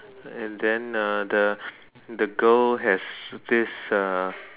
and then uh the the girl has this uh